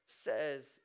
says